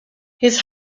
his